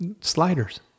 Sliders